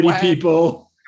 people